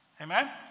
Amen